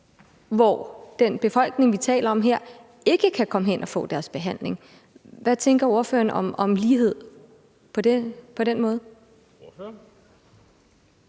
del af befolkningen, vi taler om her, som ikke kan komme hen og få deres behandling. Hvad tænker ordføreren om lighed i forhold